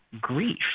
grief